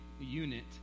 unit